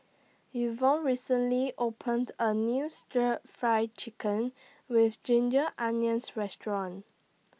Ivonne recently opened A New Stir Fry Chicken with Ginger Onions Restaurant